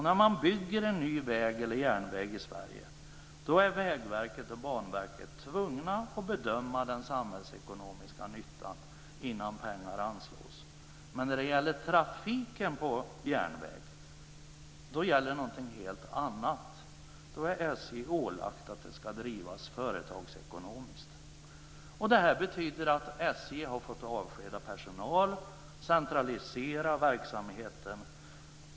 När man bygger en ny väg eller järnväg i Sverige är Vägverket och Banverket tvungna att bedöma den samhällsekonomiska nyttan innan pengar anslås. Men i fråga om trafiken på järnväg gäller det någonting helt annat. Då är SJ ålagt att det hela ska drivas företagsekonomiskt. Det betyder att SJ har fått avskeda personal och centralisera verksamheten.